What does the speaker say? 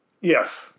Yes